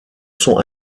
sont